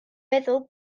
meddwl